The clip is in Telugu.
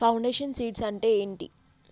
ఫౌండేషన్ సీడ్స్ అంటే ఏంటి?